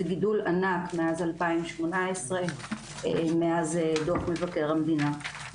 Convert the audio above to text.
זה גידול ענק מאז 2018, מאז דו"ח מבקר המדינה.